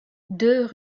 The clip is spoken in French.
deux